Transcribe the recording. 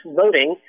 voting